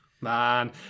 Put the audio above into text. Man